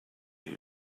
you